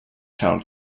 town